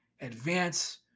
advance